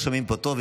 לא שומעים פה טוב.